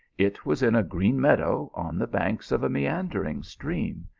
it was in a green meadow on the banks of a meandering stream,